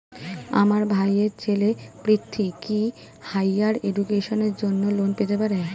আমার ভাইয়ের ছেলে পৃথ্বী, কি হাইয়ার এডুকেশনের জন্য লোন পেতে পারে?